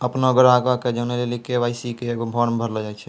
अपनो ग्राहको के जानै लेली के.वाई.सी के एगो फार्म भरैलो जाय छै